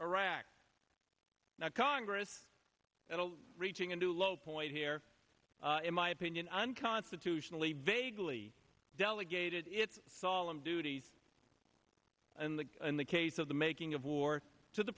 iraq not congress at all reaching a new low point here in my opinion unconstitutionally vaguely delegated its solemn duties and the in the case of the making of war to the